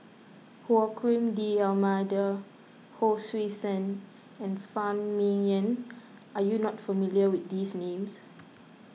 Joaquim D'Almeida Hon Sui Sen and Phan Ming Yen are you not familiar with these names